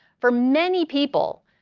for many people,